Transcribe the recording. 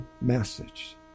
message